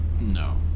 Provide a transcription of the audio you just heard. No